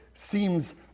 Seems